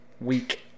week